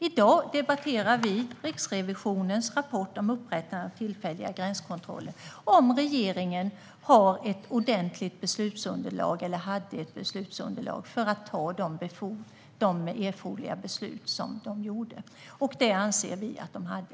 I dag debatterar vi Riksrevisionens rapport om upprättandet av tillfälliga gränskontroller och om regeringen hade ett ordentligt beslutsunderlag för att ta de erforderliga beslut man gjorde. Det anser vi att man hade.